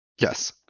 Yes